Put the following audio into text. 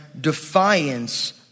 defiance